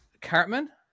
Cartman